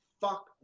Fuck